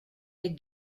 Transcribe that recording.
der